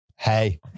Hey